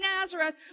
nazareth